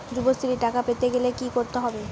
যুবশ্রীর টাকা পেতে গেলে কি করতে হবে?